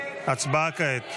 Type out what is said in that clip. הצבעה כעת.